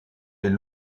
est